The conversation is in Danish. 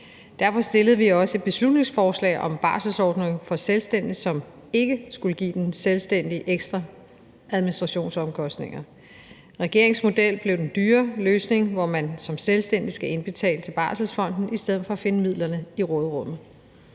Derfor stillede vi også et beslutningsforslag om en barselsordning for selvstændige, som ikke skulle give den selvstændige ekstra administrationsomkostninger. Regeringens model blev den dyre løsning, hvor man som selvstændig skal indbetale til Barselsfonden i stedet for at finde midlerne i råderummet.